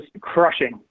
crushing